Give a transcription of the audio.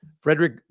Frederick